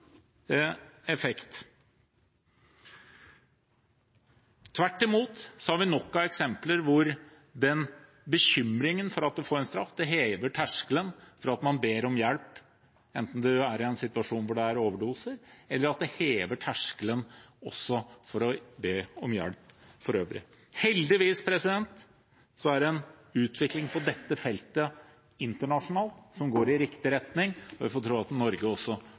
Tvert imot har vi nok av eksempler på at den bekymringen for å få en straff hever terskelen for at man ber om hjelp, enten man er i en situasjon hvor det er overdoser, eller at det hever terskelen for å be om øvrig hjelp. Heldigvis er det en utvikling på dette feltet internasjonalt, som går i riktig retning, og vi får tro at Norge også